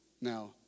Now